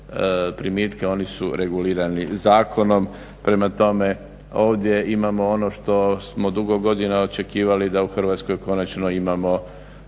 primitke. Oni su regulirani zakonom prema tome ovdje imamo ono što smo dugo godina očekivali da u Hrvatskoj konačno imamo